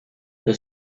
the